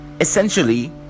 Essentially